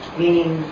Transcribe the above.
meaning